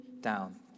down